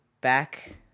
back